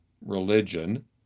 religion